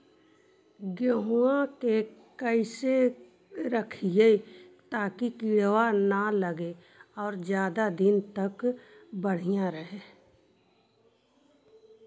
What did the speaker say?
गेहुआ के कैसे रखिये ताकी कीड़ा न लगै और ज्यादा दिन तक बढ़िया रहै?